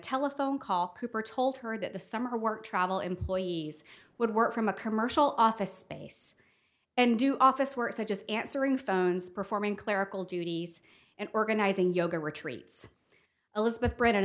telephone call cooper told her that the summer work travel employees would work from a commercial office space and do office work so just answering phones performing clerical duties and organizing yoga retreats elizabeth bre